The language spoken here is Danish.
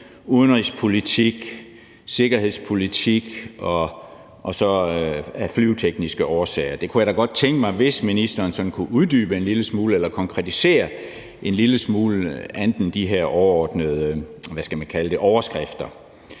udenrigspolitik, sikkerhedspolitik og så af flyvetekniske årsager. Jeg kunne da godt tænke mig, at ministeren kunne uddybe eller konkretisere de her overordnede overskrifter